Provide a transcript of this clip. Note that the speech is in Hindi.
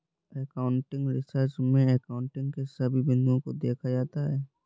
एकाउंटिंग रिसर्च में एकाउंटिंग के सभी बिंदुओं को देखा जाता है